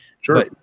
Sure